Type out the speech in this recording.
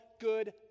good